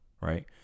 Right